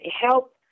help